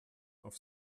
auf